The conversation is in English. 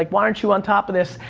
like why aren't you on top of this?